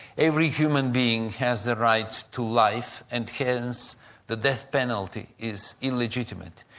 every human being has the right to life and hence the death penalty is illegitimate,